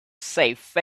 safe